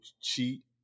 cheat